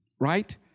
right